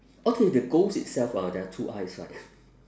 okay the ghost itself ah there are two eyes right